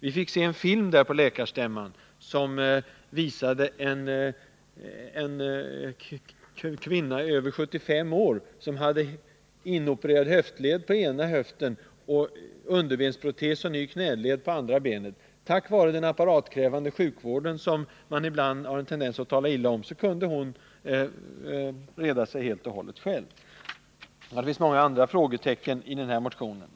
Vi fick se en film på läkarstämman som visade en kvinna, över 75 år gammal, som hade en inopererad höftled på ena sidan och underbenprotes och ny knäled på andra sidan. Tack vare den apparatkrävande sjukvården, som man ibland talar illa om, kunde hon reda sig helt och hållet själv. Det finns som sagt en del frågetecken i denna motion.